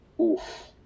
Oof